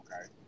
okay